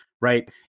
right